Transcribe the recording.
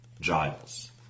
Giles